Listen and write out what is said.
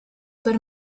per